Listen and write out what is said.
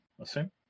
assume